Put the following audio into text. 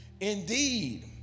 Indeed